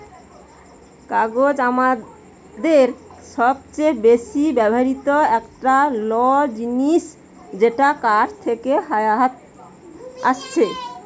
কাগজ আমাদের সবচে বেশি ব্যবহৃত একটা ল জিনিস যেটা কাঠ থেকে আসছে